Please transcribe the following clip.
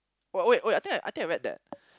what wait wait I think I I think I read that